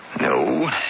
No